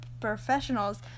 professionals